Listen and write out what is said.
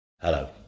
Hello